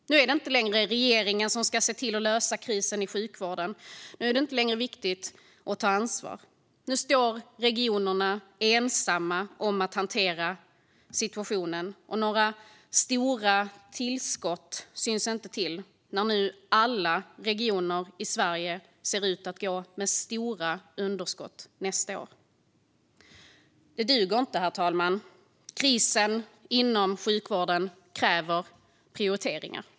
Nu är det inte längre regeringen som ska se till att lösa krisen i sjukvården. Nu är det inte längre viktigt att ta ansvar. Nu står regionerna ensamma om att hantera situationen, och några stora tillskott syns inte till när alla regioner i Sverige ser ut att gå med stora underskott nästa år. Detta duger inte, herr talman. Krisen inom sjukvården kräver prioriteringar.